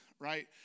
right